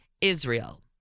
Israel